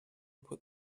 put